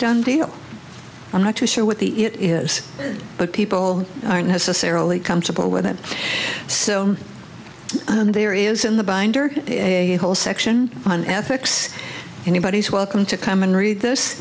done deal i'm not too sure what the it is but people aren't necessarily comfortable with it so there is in the binder a whole section on ethics anybody is welcome to come and read this